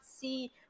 see